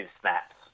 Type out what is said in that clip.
snaps